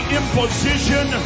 imposition